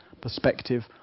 perspective